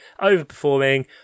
overperforming